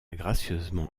gracieusement